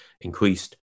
increased